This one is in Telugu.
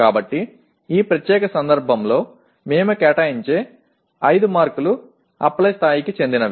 కాబట్టి ఈ ప్రత్యేక సందర్భంలో మేము కేటాయించే 5 మార్కులు అప్లై స్థాయికి చెందినవి